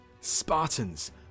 Spartans